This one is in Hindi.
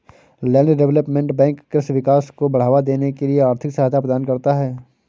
लैंड डेवलपमेंट बैंक कृषि विकास को बढ़ावा देने के लिए आर्थिक सहायता प्रदान करता है